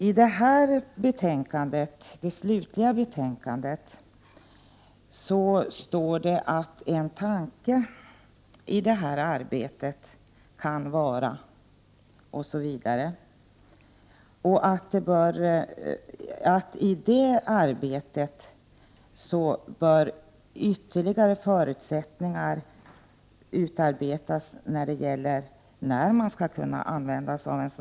I det slutliga betänkandet står det att en tanke kan vara att införa andra tvångsmedel, men i det sammanhanget bör ytterligare utarbetas förutsättningarna för när man skall få använda sig av detta.